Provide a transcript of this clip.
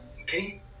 okay